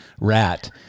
rat